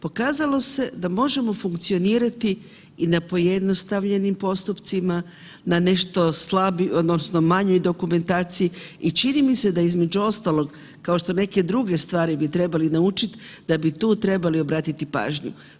Pokazalo se da možemo funkcionirati i na pojednostavljenim postupcima, na nešto slabije, odnosno manjoj dokumentaciji i čini mi se, da između ostalog, kao što neke druge stvari bi trebali naučiti, da bi tu trebali obratiti pažnju.